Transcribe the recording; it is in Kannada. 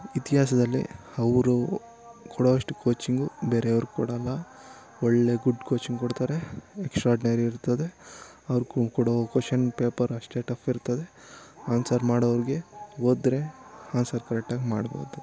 ಇತಿಹಾಸದಲ್ಲೇ ಅವರು ಕೊಡೋವಷ್ಟು ಕೋಚಿಂಗು ಬೇರೆಯವ್ರು ಕೊಡಲ್ಲ ಒಳ್ಳೆ ಗುಡ್ ಕೋಚಿಂಗ್ ಕೊಡ್ತಾರೆ ಎಕ್ಷ್ಟ್ರಾಡ್ನರಿ ಇರ್ತದೆ ಅವ್ರು ಕೊಡೋ ಕೊಷನ್ ಪೇಪರ್ ಅಷ್ಟೇ ಟಫ್ ಇರ್ತದೆ ಆನ್ಸರ್ ಮಾಡೋವ್ರಿಗೆ ಓದ್ದ್ರೆ ಆನ್ಸರ್ ಕರೆಕ್ಟಾಗಿ ಮಾಡ್ಬೋದು